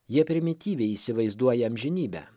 jie primityviai įsivaizduoja amžinybę